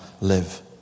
live